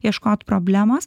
ieškot problemos